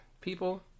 people